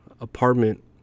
apartment